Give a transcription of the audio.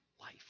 life